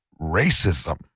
racism